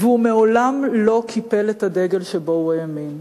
והוא מעולם לא קיפל את הדגל שבו הוא האמין.